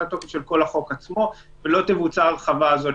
לתוקף של כל החוק עצמו ושלא תבוצע ההרחבה הזאת.